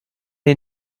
est